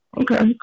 Okay